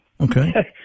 Okay